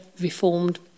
reformed